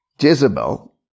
Jezebel